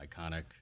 iconic